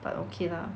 but okay lah